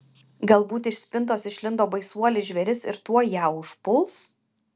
galbūt iš spintos išlindo baisuolis žvėris ir tuoj ją užpuls